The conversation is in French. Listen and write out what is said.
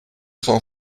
cent